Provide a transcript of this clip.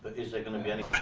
is there gonna be any